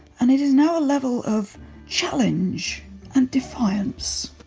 and it is now a level of challenge and defiance.